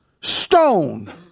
stone